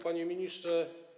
Panie Ministrze!